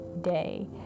day